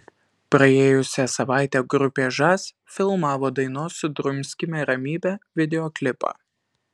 praėjusią savaitę grupė žas filmavo dainos sudrumskime ramybę videoklipą